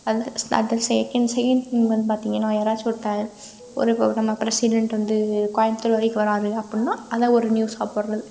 அது at the second second thing வந்து பார்த்திங்கன்னா யாராச்சும் ஒருத்தன் ஒரு நம்ம ப்ரெசிடெண்ட் வந்து கோயம்புத்தூர் வரைக்கும் வரார் அப்புடின்னா அதை ஒரு நியூஸ்ஸாக போடுறது